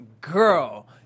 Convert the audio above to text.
girl